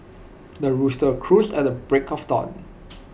the rooster crows at the break of dawn